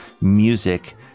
music